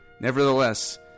Nevertheless